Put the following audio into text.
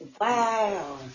Wow